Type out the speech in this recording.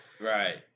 Right